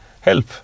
help